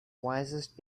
wisest